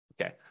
Okay